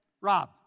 Rob